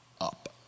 up